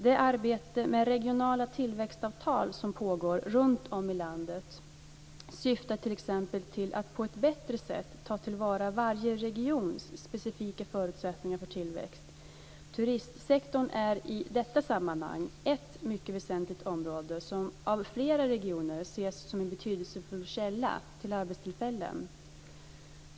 Det arbete med regionala tillväxtavtal som pågår runtom i landet syftar t.ex. till att på ett bättre sätt ta till vara varje regions specifika förutsättningar för tillväxt. Turistsektorn är i detta sammanhang ett mycket väsentligt område som av flera regioner ses som en betydelsefull källa till nya arbetstillfällen.